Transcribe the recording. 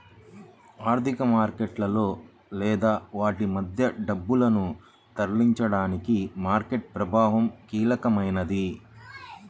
ఆర్థిక మార్కెట్లలో లేదా వాటి మధ్య డబ్బును తరలించడానికి మార్కెట్ ప్రభావం కీలకమైనది